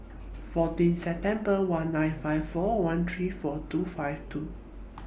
fourteen September one nine five four one three four two five two